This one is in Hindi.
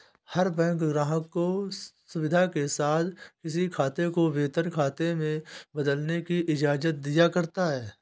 हर बैंक ग्राहक को सुविधा के साथ किसी खाते को वेतन खाते में बदलने की इजाजत दिया करता है